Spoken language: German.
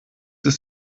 ist